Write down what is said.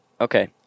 okay